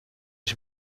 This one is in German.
ich